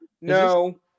no